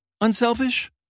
unselfish